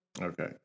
Okay